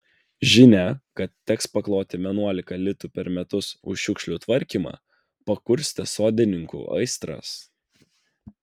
žinia kad teks pakloti vienuolika litų per metus už šiukšlių tvarkymą pakurstė sodininkų aistras